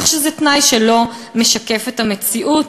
כך שזה תנאי שלא משקף את המציאות.